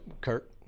Kirk